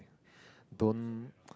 don't